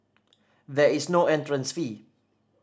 there is no entrance fee